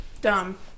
Dumb